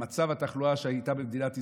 במצב התחלואה שהייתה במדינת ישראל.